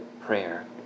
prayer